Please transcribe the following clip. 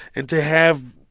and to have